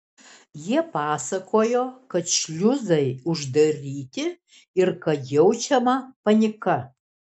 jie pasakojo kad šliuzai uždaryti ir kad jaučiama panika